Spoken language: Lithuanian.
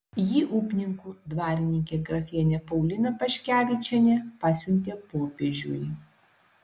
jį upninkų dvarininkė grafienė paulina paškevičienė pasiuntė popiežiui